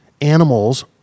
animals